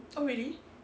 oh really